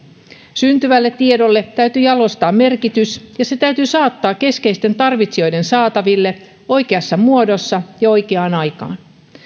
syntyvälle tiedolle täytyy jalostaa merkitys ja se täytyy saattaa keskeisten tarvitsijoiden saataville oikeassa muodossa ja oikeaan aikaan